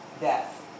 death